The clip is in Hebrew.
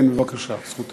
כן, בבקשה, זכותך.